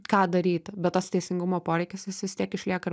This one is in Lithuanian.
ką daryti bet tas teisingumo poreikis jis vis tiek išlieka